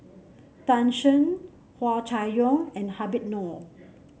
Tan Shen Hua Chai Yong and Habib Noh